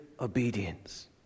obedience